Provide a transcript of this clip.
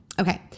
okay